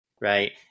Right